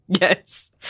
Yes